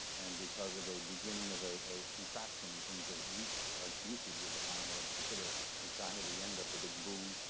and because of a beginning of a a contraction, in terms of usage ah usage of iron ore, particular in china, the end of the big boom,